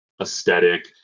aesthetic